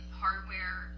hardware